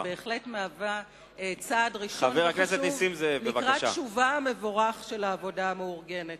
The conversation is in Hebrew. שבהחלט מהווה צעד ראשון חשוב לקראת שובה המבורך של העבודה המאורגנת.